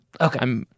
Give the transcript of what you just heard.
Okay